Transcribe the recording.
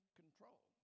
control